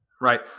right